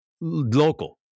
Local